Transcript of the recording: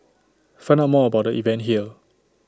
find out more about the event here